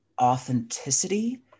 authenticity